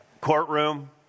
Courtroom